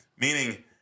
Meaning